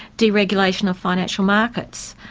deregulation of financial markets,